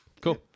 cool